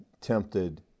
tempted